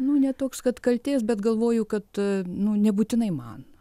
nu ne toks kad kaltės bet galvoju kad nu nebūtinai man